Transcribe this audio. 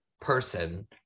person